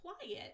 quiet